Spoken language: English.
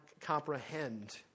comprehend